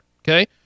okay